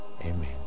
Amen